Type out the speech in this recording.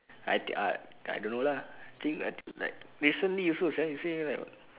I did I I don't know lah think I think like recently also sia you say me like [what]